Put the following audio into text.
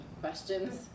questions